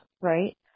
right